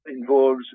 involves